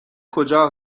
کجا